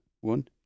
one